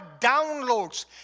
downloads